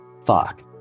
Fuck